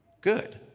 good